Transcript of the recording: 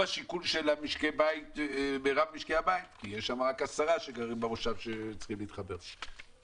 ויפורטו בה מקור הנתונים והשיקולים שהביאו לקביעת התחומים האמורים."